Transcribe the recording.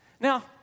Now